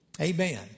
Amen